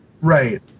Right